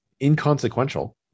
inconsequential